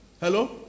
Hello